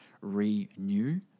renew